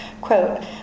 Quote